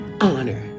honor